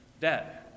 dead